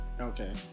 Okay